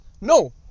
No